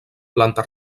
planta